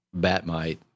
Batmite